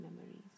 memories